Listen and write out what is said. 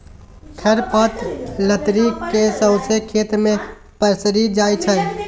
खर पात लतरि केँ सौंसे खेत मे पसरि जाइ छै